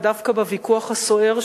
ודווקא בוויכוח הסוער,